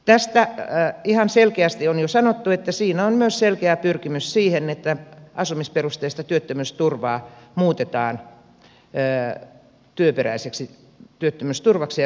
tästä ihan selkeästi on jo sanottu että siinä on myös selkeä pyrkimys siihen että asumisperusteista työttömyysturvaa muutetaan työperäiseksi työttömyysturvaksi ja sosiaaliturvaksi